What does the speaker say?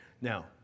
Now